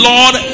Lord